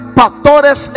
pastores